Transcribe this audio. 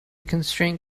constrain